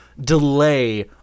delay